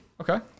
Okay